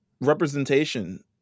representation